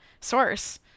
source